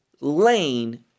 lane